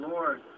Lord